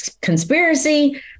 conspiracy